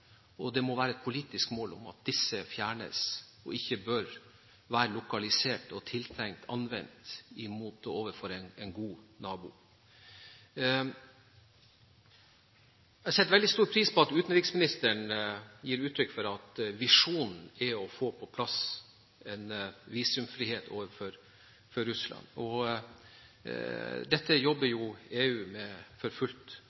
Det må være et politisk mål at disse fjernes, og at de ikke bør være lokalisert og tenkt anvendt mot en god nabo. Jeg setter veldig stor pris på at utenriksministeren gir uttrykk for at visjonen er å få på plass en visumfrihet overfor Russland. Dette jobber EU med for fullt